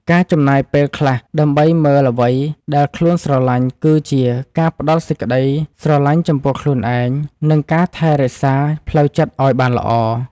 ការចំណាយពេលខ្លះដើម្បីមើលអ្វីដែលខ្លួនស្រឡាញ់គឺជាការផ្ដល់សេចក្តីស្រឡាញ់ចំពោះខ្លួនឯងនិងការថែរក្សាផ្លូវចិត្តឱ្យបានល្អ។